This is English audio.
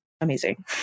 amazing